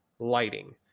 lighting